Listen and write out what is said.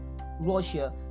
Russia